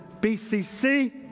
BCC